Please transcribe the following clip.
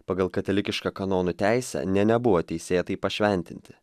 pagal katalikišką kanonų teisę nė nebuvo teisėtai pašventinti